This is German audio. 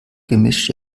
gemisch